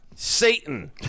Satan